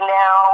now